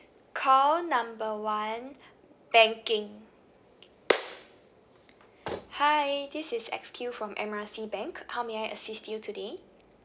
call number one banking hi this is X_Q from M R C bank how may I assist you today